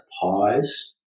pause